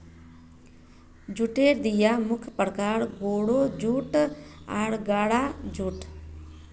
जूटेर दिता मुख्य प्रकार, गोरो जूट आर गहरा जूट